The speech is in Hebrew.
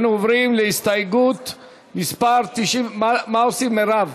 אנחנו עוברים להסתייגות מס' מה עושים, מרב?